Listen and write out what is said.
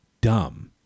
dumb